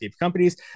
companies